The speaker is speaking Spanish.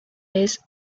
des